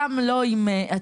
גם לא אם יהיה,